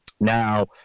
Now